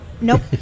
nope